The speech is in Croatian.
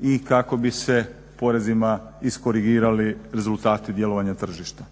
i kako bi se porezima iskorigirali rezultati djelovanja tržišta.